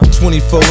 24